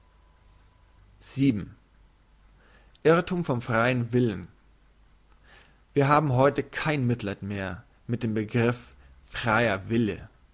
irrthum vom freien willen wir haben heute kein mitleid mehr mit dem begriff freier wille